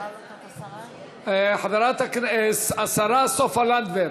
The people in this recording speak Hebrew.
התשע"ז 2016, שהחזירה ועדת הכספים.